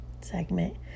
segment